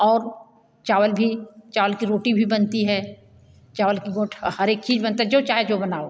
और चावल भी चावल की रोटी भी बनती है चावल की वो हरेक चीज बनता है जो चाहे जो बनाओ